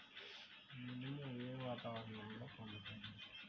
మినుము ఏ వాతావరణంలో పండుతుంది?